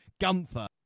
Gunther